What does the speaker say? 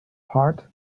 part